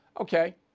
Okay